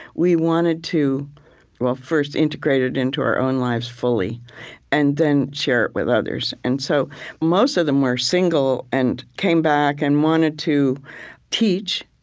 we wanted to first integrate it into our own lives fully and then share it with others. and so most of them were single and came back and wanted to teach.